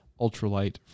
ultralight